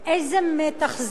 איזה מתח זה.